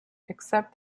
except